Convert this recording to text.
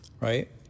right